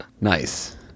Nice